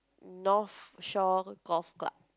North Shore Golf Club